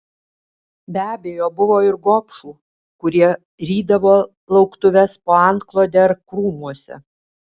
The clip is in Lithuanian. be abejo buvo ir gobšų kurie rydavo lauktuves po antklode ar krūmuose